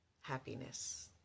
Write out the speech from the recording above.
happiness